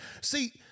See